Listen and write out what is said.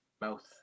mouth